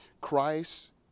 Christ